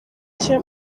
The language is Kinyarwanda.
cye